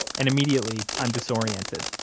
and immediately i'm disoriented,